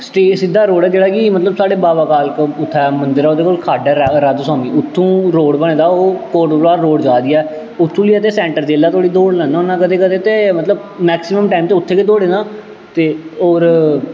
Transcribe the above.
straight सिद्धा road ऐ जेह्ड़ा कि मतलब साढ़े बाबा बालक उत्थै मंदर ऐ ओह्दे कोल खड्ड ऐ राधा राधा स्वामी उत्थूं रोड़ बने दा ऐ ओह् कोट भलवाल रोड़ जा दी ऐ उत्थूं लेइयै ते सैंटर जेल्लै धोड़ी दौड़ लान्ना होन्नां कदें कदें ते मतलब मैक्सीमम टैम ते उत्थै गै दौड़े दा ते होर